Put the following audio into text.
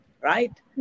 Right